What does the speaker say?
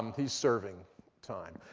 he's serving time.